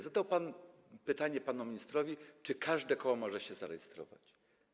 Zadał pan pytanie panu ministrowi, czy każde koło może się zarejestrować.